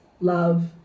love